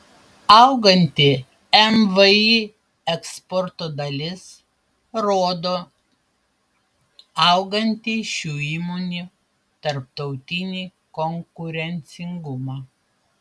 auganti mvį eksporto dalis rodo augantį šių įmonių tarptautinį konkurencingumą